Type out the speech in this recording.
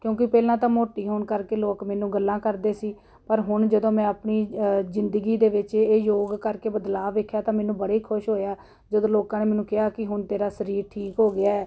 ਕਿਉਂਕਿ ਪਹਿਲਾਂ ਤਾਂ ਮੋਟੀ ਹੋਣ ਕਰਕੇ ਲੋਕ ਮੈਨੂੰ ਗੱਲਾਂ ਕਰਦੇ ਸੀ ਪਰ ਹੁਣ ਜਦੋਂ ਮੈਂ ਆਪਣੀ ਜ਼ਿੰਦਗੀ ਦੇ ਵਿੱਚ ਇਹ ਯੋਗ ਕਰਕੇ ਬਦਲਾਵ ਵੇਖਿਆ ਤਾਂ ਮੈਨੂੰ ਬੜੀ ਖੁਸ਼ ਹੋਇਆ ਜਦੋਂ ਲੋਕਾਂ ਨੇ ਮੈਨੂੰ ਕਿਹਾ ਕਿ ਹੁਣ ਤੇਰਾ ਸਰੀਰ ਠੀਕ ਹੋ ਗਿਆ